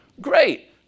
Great